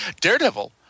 Daredevil